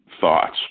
thoughts